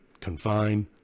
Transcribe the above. confine